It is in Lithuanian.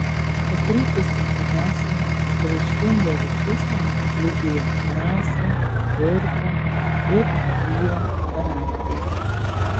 pakrypusi į dešinę išraiškinga rašysena liudija drąsą tvirtą ir gyvą charakterį